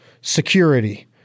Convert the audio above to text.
security